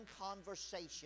conversation